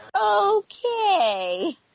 okay